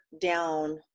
down